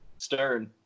Stern